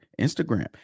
Instagram